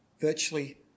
virtually